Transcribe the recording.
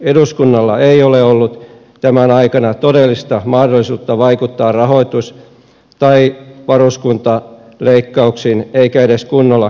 eduskunnalla ei ole ollut tämän aikana todellista mahdollisuutta vaikuttaa rahoitus tai varuskuntaleikkauksiin eikä edes kunnolla keskustella niistä